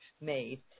made